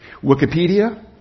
Wikipedia